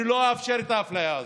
אני לא אאפשר את האפליה הזאת.